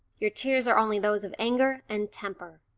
your tears are only those of anger and temper.